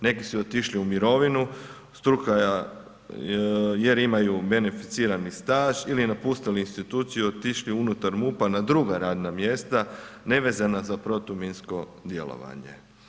Neki su i otišli u mirovinu, struka jer imaju beneficirani staž ili napustili instituciju i otišli unutar MUP-a na druga radna mjesta nevezana za protuminsko djelovanje.